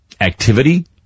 activity